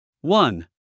One